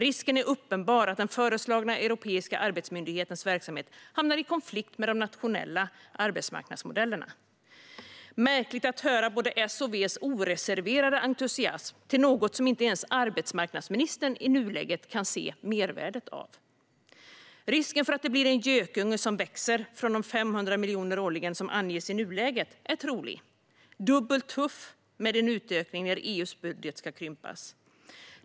Risken är uppenbar att den föreslagna europeiska arbetsmyndighetens verksamhet hamnar i konflikt med de nationella arbetsmarknadsmodellerna. Det är märkligt att höra både Socialdemokraternas och Vänsterns oreserverade entusiasm för något som inte ens arbetsmarknadsministern kan se mervärdet av i nuläget. Risken för att det blir en gökunge som växer från de 500 miljonerna årligen som anges i nuläget är trolig - dubbelt tufft med en utökning när EU:s budget ska krympas.